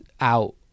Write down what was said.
out